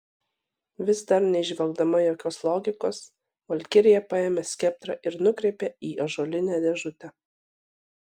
vis dar neįžvelgdama jokios logikos valkirija paėmė skeptrą ir nukreipė į ąžuolinę dėžutę